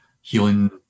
healing